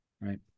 right